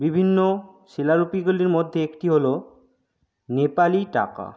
বিভিন্ন শিলালিপিগুলির মধ্যে একটি হলো নেপালি টাকা